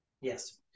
Yes